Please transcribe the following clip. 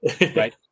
right